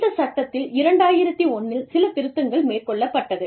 இந்த சட்டத்தில் 2001 இல் சில திருத்தங்கள் மேற்கொள்ளப்பட்டது